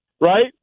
right